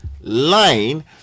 line